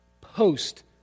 post